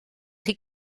chi